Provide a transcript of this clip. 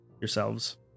yourselves